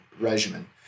regimen